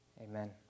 Amen